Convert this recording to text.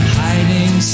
hiding